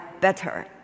better